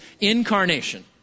incarnation